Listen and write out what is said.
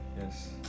Yes